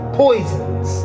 poisons